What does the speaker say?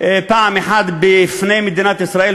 פעם אחת בפני מדינת ישראל,